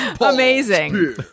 amazing